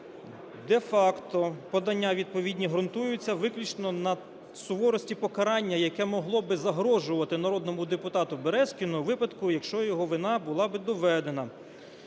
Де-факто подання відповідні ґрунтуються виключно на суворості покарання, яке могло би загрожувати народному депутату Березкіну у випадку, якщо його вина була би доведена.